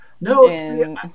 No